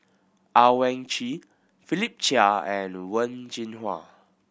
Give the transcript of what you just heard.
Owyang Chi Philip Chia and Wen Jinhua